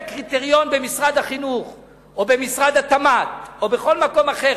קריטריון במשרד החינוך או במשרד התמ"ת או בכל מקום אחר,